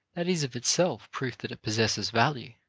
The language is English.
that is of itself proof that it possesses value.